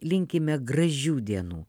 linkime gražių dienų